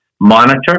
monitor